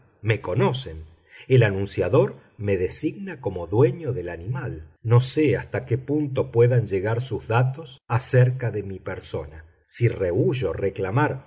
me conocen el anunciador me designa como dueño del animal no sé hasta qué punto puedan llegar sus datos acerca de mi persona si rehuyo reclamar